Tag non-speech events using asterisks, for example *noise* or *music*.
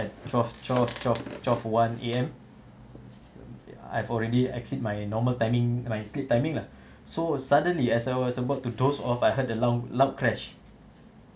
at twelve twelve twelve twelve one A_M I've already exceed my normal timing my sleep timing lah *breath* so suddenly as I was about to doze off I heard the long loud crash